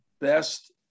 best